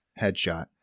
Headshot